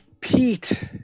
pete